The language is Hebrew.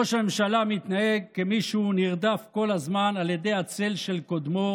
ראש הממשלה מתנהג כמי שהוא נרדף כל הזמן על ידי הצל של קודמו,